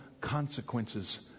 consequences